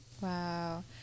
wow